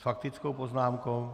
S faktickou poznámkou?